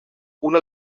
una